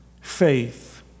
faith